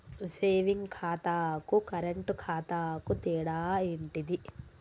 Saving ఖాతాకు current ఖాతాకు తేడా ఏంటిది?